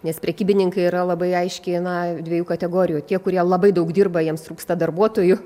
nes prekybininkai yra labai aiškiai na dviejų kategorijų tie kurie labai daug dirba jiems trūksta darbuotojų